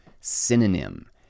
synonym